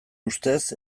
ustez